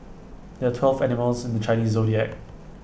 there are twelve animals in the Chinese Zodiac